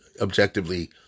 objectively